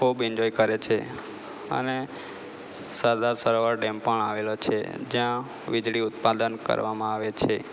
ખૂબ એન્જોય કરે છે અને સરદાર સરોવર ડેમ પણ આવેલો છે જ્યાં વીજળી ઉત્પાદન કરવામાં આવે છે